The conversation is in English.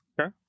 Okay